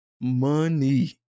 money